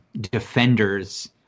defenders